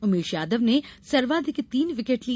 उमेश यादव ने सर्वाधिक तीन विकेट लिए